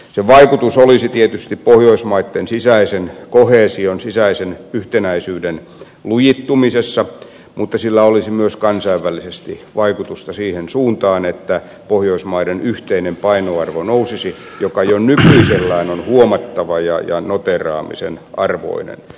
sen vaikutus olisi tietysti pohjoismaitten sisäisen koheesion sisäisen yhtenäisyyden lujittumisessa mutta sillä olisi myös kansainvälisesti vaikutusta siihen suuntaan että pohjoismaiden yhteinen painoarvo nousisi joka jo nykyisellään on huomattava ja noteeraamisen arvoinen